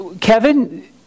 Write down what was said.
Kevin